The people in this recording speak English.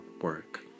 work